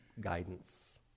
guidance